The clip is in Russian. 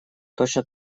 точно